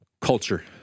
Culture